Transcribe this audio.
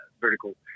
vertical